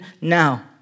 now